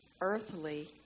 earthly